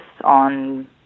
on